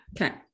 okay